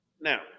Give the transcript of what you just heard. now